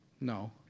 No